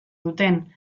duten